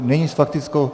Nyní s faktickou...